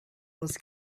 was